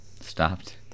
stopped